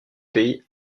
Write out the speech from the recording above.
pays